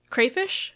Crayfish